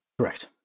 Correct